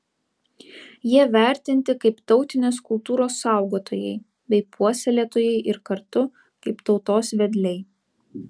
jie vertinti kaip tautinės kultūros saugotojai bei puoselėtojai ir kartu kaip tautos vedliai